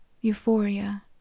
euphoria